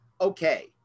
okay